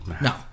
No